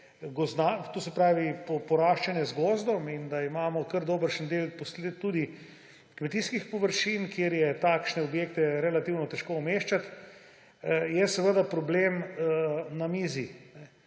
Slovenije poraščene z gozdom in da imamo kar dobršen del tudi kmetijskih površin, kjer je takšne objekte relativno težko umeščati, je seveda problem na mizi.